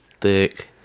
thick